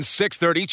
6.30